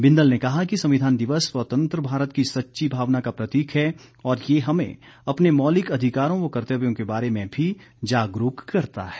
बिंदल ने कहा कि संविधान दिवस स्वतंत्र भारत की सच्ची भावना का प्रतीक है और ये हमें अपने मौलिक अधिकारों व कर्तव्यों के बारे में भी जागरूक करता है